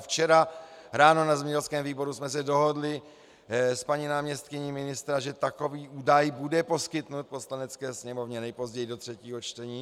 Včera ráno na zemědělském výboru jsme se dohodli s paní náměstkyní ministra, že takový údaj bude poskytnut Poslanecké sněmovně nejpozději do třetího čtení.